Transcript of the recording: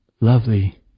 lovely